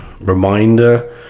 reminder